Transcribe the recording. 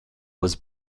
was